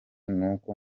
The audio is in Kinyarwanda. nuko